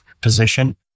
position